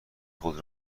خود